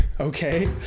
okay